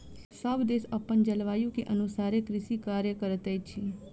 सभ देश अपन जलवायु के अनुसारे कृषि कार्य करैत अछि